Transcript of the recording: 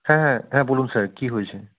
হ্যাঁ হ্যাঁ হ্যাঁ বলুন স্যার কী হয়েছে